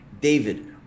david